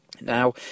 Now